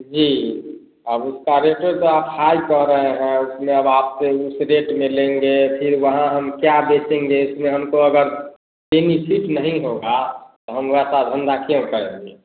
जी आ उसका रेट ही तो आप हाई कह रहे हैं उसमें अब आपसे उस रेट में लेंगे फिर वहाँ हम क्या बेचेंगे इसमें हमको अगर बेनिफिट नहीं होगा तो हम वैसा धंधा क्यों करेंगे